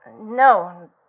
No